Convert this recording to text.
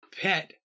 pet